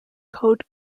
code